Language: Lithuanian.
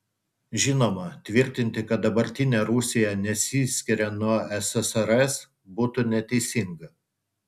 žinoma tvirtinti kad dabartinė rusija nesiskiria nuo ssrs būtų neteisinga